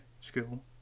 school